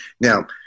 now